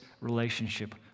relationship